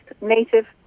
native